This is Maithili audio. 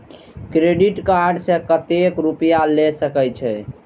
डेबिट कार्ड से कतेक रूपया ले सके छै?